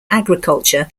agriculture